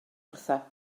wrtho